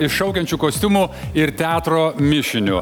iššaukiančiu kostiumu ir teatro mišiniu